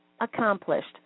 accomplished